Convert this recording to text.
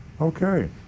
Okay